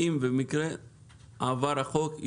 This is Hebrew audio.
אם יעבור החוק,